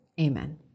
amen